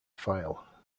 file